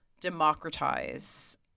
democratize